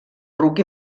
ruc